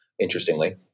interestingly